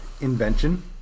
invention